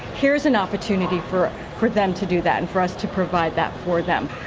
here is an opportunity for for them to do that and for us to provide that for them.